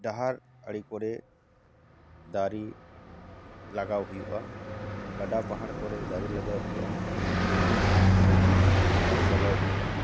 ᱰᱟᱦᱟᱨ ᱟᱲᱮ ᱠᱚᱨᱮ ᱫᱟᱨᱮ ᱞᱟᱜᱟᱣ ᱦᱩᱭᱩᱜᱼᱟ ᱜᱟᱰᱟ ᱯᱟᱦᱟᱲ ᱠᱚᱨᱮ ᱫᱟᱨᱮ ᱞᱟᱜᱟᱣ ᱦᱩᱭᱩᱜᱼᱟ ᱜᱟᱹᱰᱭᱟᱹ ᱯᱟᱲ ᱠᱚᱨᱮ ᱫᱟᱨᱮ ᱞᱟᱜᱟᱣ ᱦᱩᱭᱩᱜᱼᱟ